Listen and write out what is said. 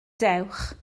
dewch